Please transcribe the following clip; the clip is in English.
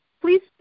please